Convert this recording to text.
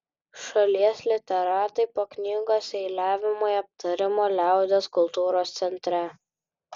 šalies literatai po knygos eiliavimai aptarimo liaudies kultūros centre